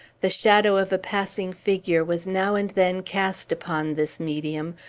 the shadow of a passing figure was now and then cast upon this medium,